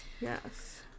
Yes